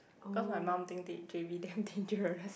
cause my mum think that j_b damn dangerous